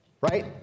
right